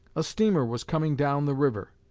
a steamer was coming down the river.